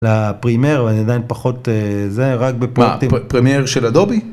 הפרימייר ואני עדיין פחות זה רק בפרימייר של אדובי.